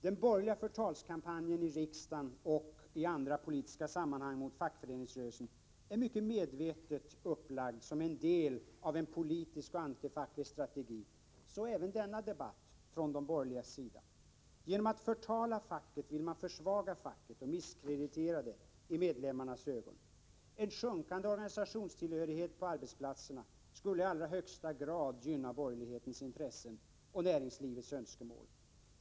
Den borgerliga förtalskampanjen i riksdagen och andra politiska sammanhang mot fackföreningsrörelsen är mycket medvetet upplagd som en del av en politisk och antifacklig strategi — så även denna debatt — från de borgerligas sida. Genom att förtala facket vill man försvaga och misskreditera facket i medlemmarnas ögon. En minskande organisationstillhörighet på arbetsplatserna skulle i allra högsta grad gynna borgerlighetens intressen och näringslivets önskemål.